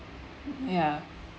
yeah